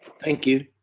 thank you.